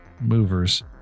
movers